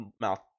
mouth